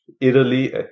Italy